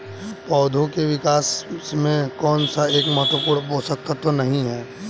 पौधों के विकास में कौन सा एक महत्वपूर्ण पोषक तत्व नहीं है?